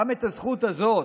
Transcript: גם את הזכות הזאת,